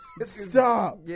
Stop